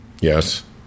Yes